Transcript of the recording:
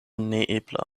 neebla